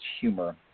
humor